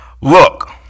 look